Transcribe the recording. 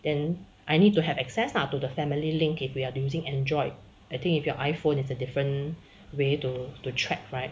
then I need to have access lah to the family link if we are using android I think if you are iphone it's a different way to to track right